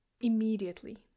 immediately